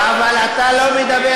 אבל אתה לא מדבר,